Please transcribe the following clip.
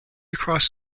across